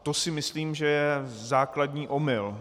To si myslím, že je základní omyl.